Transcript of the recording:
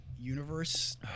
universe